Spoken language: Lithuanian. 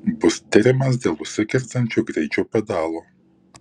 bus tiriamas dėl užsikertančio greičio pedalo